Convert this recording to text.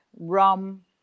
rum